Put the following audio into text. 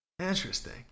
Interesting